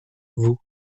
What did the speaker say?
vous